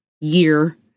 year